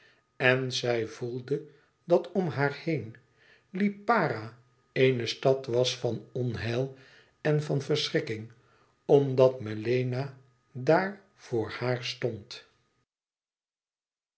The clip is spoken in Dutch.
en zij voelde dat om haar heen lipara éene stad was van onheil en van verschrikking omdat melena daar voor haar stond